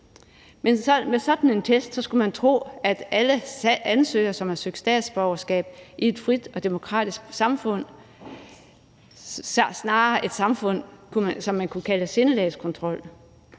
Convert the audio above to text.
Med sådan en test skulle man tro at alle ansøgere, som har søgt statsborgerskab i et frit og demokratisk samfund, snarere har søgt i et samfund præget af, hvad man kunne kalde sindelagskontrol,